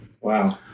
Wow